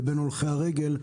לבין הולכי הרגל,